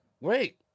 wait